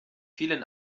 vielen